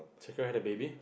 so can I have the baby